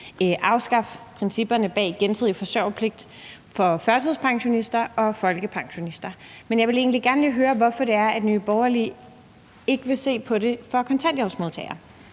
afskaffe principperne bag gensidig forsørgerpligt for førtidspensionister og folkepensionister, men jeg vil egentlig gerne lige høre, hvorfor det er, at Nye Borgerlige ikke vil se på det i forhold til kontanthjælpsmodtagere.